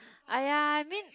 !aiya! I mean